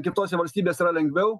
kitose valstybėse yra lengviau